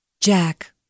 Jack